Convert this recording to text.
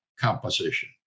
composition